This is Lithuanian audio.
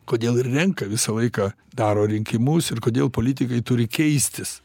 kodėl ir renka visą laiką daro rinkimus ir kodėl politikai turi keistis